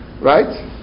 Right